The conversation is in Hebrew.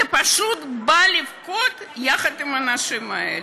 פשוט בא לבכות יחד עם האנשים האלה.